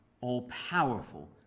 all-powerful